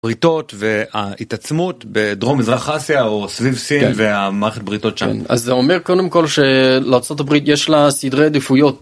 בריתות וההתעצמות בדרום מזרח אסיה או סביב סין ומערכת הבריתות שם. אז זה אומר קודם כל שלארצות הברית יש לה סדרי עדיפויות.